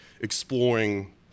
exploring